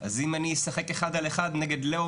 אז אם אני אשחק אחד על אחד נגד לאו